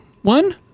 one